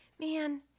Man